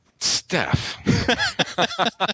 Steph